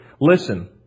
Listen